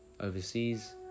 overseas